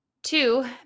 Two